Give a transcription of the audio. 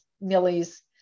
Millie's